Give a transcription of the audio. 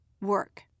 work